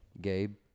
Gabe